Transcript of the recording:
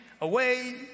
away